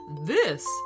This